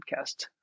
Podcast